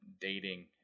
dating